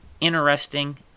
interesting